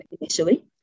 initially